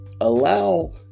Allow